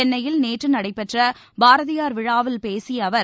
சென்னையில் நேற்றுநடடபெற்றபாரதியார் விழாவில் பேசியஅவர்